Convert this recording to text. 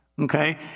Okay